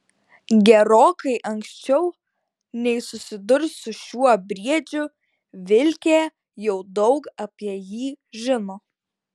gerokai anksčiau nei susidurs su šiuo briedžiu vilkė jau daug apie jį žino